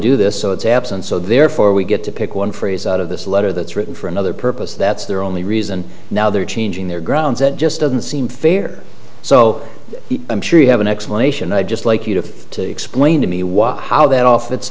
do this so it's absent so therefore we get to pick one phrase out of this letter that's written for another purpose that's their only reason now they're changing their grounds it just doesn't seem fair so i'm sure you have an explanation i'd just like you to explain to me what how that